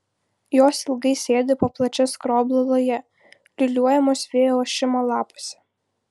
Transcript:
jos ilgai sėdi po plačia skroblo laja liūliuojamos vėjo ošimo lapuose